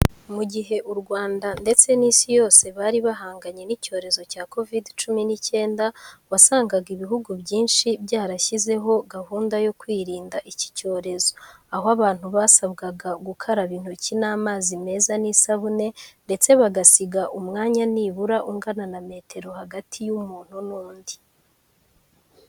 Mu gihe u Rwanda ndetse n'isi yose bari bahanganye n'icyorezo cya Kovide cumi n'icyenda, wasangaga ibihugu byinshi byarashyizeho gahunda yo kwirinda iki cyorezo, aho abantu basabwaga gukaraba intoki n'amazi meza n'isabune ndetse bagasiga umwanya nibura ungana na metero hagati y'umuntu n'undi.